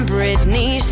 Britney